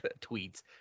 tweets